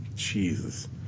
Jesus